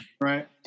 right